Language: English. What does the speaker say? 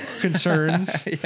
concerns